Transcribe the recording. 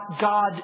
God